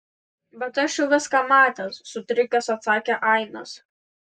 bet aš jau viską matęs sutrikęs atsakė ainas